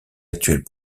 actuels